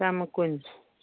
ꯆꯥꯃ ꯀꯨꯟ